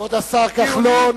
כבוד השר כחלון,